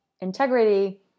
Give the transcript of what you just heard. integrity